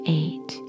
eight